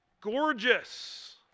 gorgeous